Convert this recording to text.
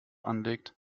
anlegt